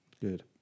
Good